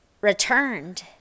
returned